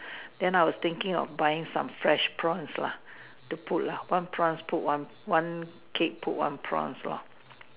there are not was thinking of buying some fresh province lah two one province put one one cake put one province lah